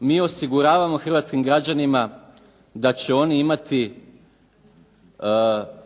mi osiguravamo hrvatskim građanima da će oni imati